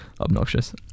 obnoxious